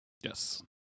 Yes